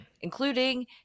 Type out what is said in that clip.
including